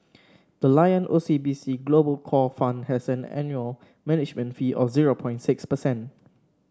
the Lion O C B C Global Core Fund has an annual management fee of zero six percent